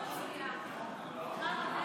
בממצאי